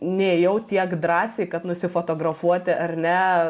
nėjau tiek drąsiai kad nusifotografuoti ar ne